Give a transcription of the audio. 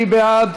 מי בעד?